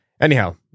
Anyhow